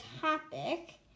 topic